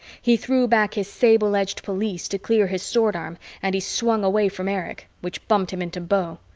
he threw back his sable-edged pelisse to clear his sword arm and he swung away from erich, which bumped him into beau.